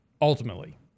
Ultimately